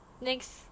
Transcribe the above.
next